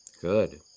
Good